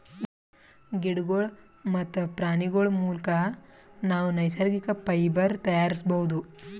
ಗಿಡಗೋಳ್ ಮತ್ತ್ ಪ್ರಾಣಿಗೋಳ್ ಮುಲಕ್ ನಾವ್ ನೈಸರ್ಗಿಕ್ ಫೈಬರ್ ತಯಾರಿಸ್ಬಹುದ್